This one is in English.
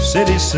City